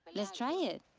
let's try it.